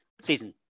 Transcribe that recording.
season